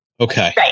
Okay